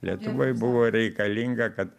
lietuvoj buvo reikalinga kad